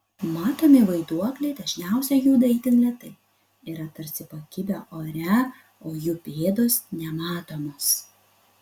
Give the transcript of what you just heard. matomi vaiduokliai dažniausiai juda itin lėtai yra tarsi pakibę ore o jų pėdos nematomos